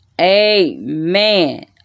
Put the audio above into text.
Amen